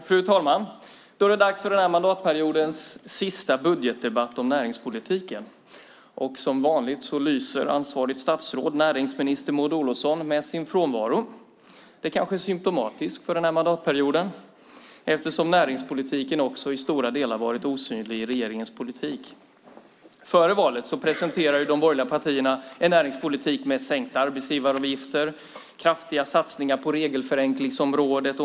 Fru talman! Det är dags för den här mandatperiodens sista budgetdebatt om näringspolitiken. Som vanligt lyser ansvarigt statsråd, näringsminister Maud Olofsson, med sin frånvaro. Det kanske är symtomatiskt för denna mandatperiod, eftersom näringspolitiken i stora delar har varit osynlig i regeringens politik. Före valet presenterade de borgerliga partierna en näringspolitik med sänkta arbetsgivaravgifter och kraftiga satsningar på regelförenklingsområdet.